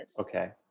Okay